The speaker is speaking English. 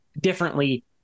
differently